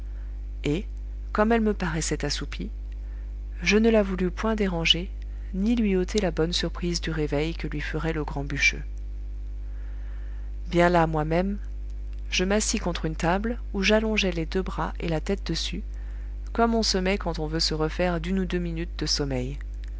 et comme elle me paraissait assoupie je ne la voulus point déranger ni lui ôter la bonne surprise du réveil que lui ferait le grand bûcheux bien las moi-même je m'assis contre une table où j'allongeai les deux bras et la tête dessus comme on se met quand on veut se refaire d'une ou deux minutes de sommeil